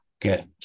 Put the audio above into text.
get